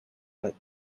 but